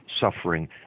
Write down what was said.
suffering